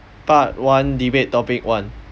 part one debate topic one